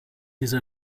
diese